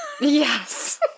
Yes